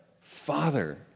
Father